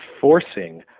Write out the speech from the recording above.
forcing